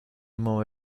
more